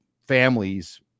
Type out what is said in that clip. families